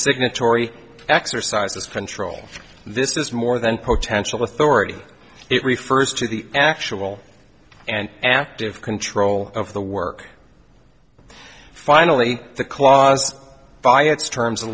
signatory exercises control this is more than potential authority it refers to the actual and active control of the work finally the clause by its terms